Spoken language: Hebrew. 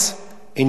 in Israel.